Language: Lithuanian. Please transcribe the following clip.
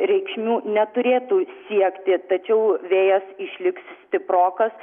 reikšmių neturėtų siekti tačiau vėjas išliks stiprokas